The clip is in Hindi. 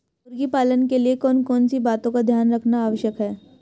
मुर्गी पालन के लिए कौन कौन सी बातों का ध्यान रखना आवश्यक है?